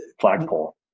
flagpole